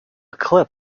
clip